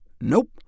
Nope